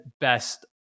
best